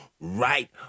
right